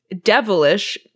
devilish